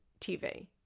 TV